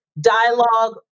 dialogue